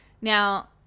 Now